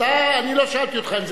לא שאלתי אותך.